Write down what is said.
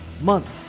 month